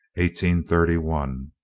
thirty one.